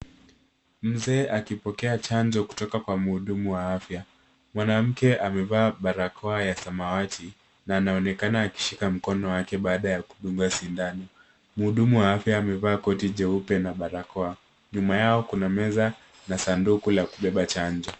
Mzee akipokea chanjo kutoka kwa muudumu wa afya. Mwanamke amevaa barakoa ya samawati na anaonekana akishika mkono wake baada ya kudungwa sindano. Muudumu wa afya amevaa shati jeupe na barakoa. Nyuma yao kuna meza na sanduku la kubeba chanjo.